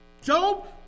Job